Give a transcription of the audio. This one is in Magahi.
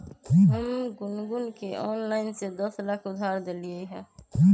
हम गुनगुण के ऑनलाइन से दस लाख उधार देलिअई ह